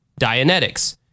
Dianetics